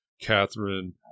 Catherine